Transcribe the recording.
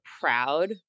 proud